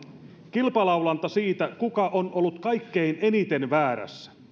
kilpalaulanta siitä kuka on ollut kaikkein eniten väärässä